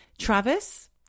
Travis